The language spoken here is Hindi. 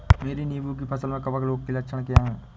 मेरी नींबू की फसल में कवक रोग के लक्षण क्या है?